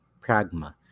pragma